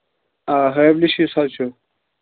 آ ہیولِش یُس حظ چھُ